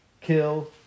kill